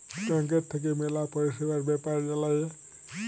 ব্যাংকের থাক্যে ম্যালা পরিষেবার বেপার জালা যায়